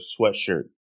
sweatshirt